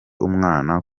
umwana